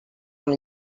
amb